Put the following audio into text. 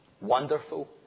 Wonderful